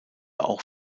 auch